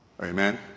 Amen